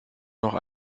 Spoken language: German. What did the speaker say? noch